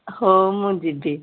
ହଉ ମୁଁ ଯିବି